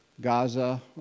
Gaza